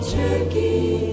turkey